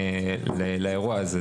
לאירוע הזה.